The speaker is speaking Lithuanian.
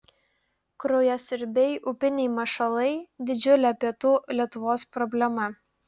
kraujasiurbiai upiniai mašalai didžiulė pietų lietuvos problema